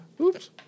Oops